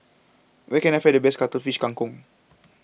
where can I find the best Cuttlefish Kang Kong